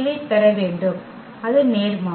இதைப் பெற வேண்டும் அது நேர்மாறு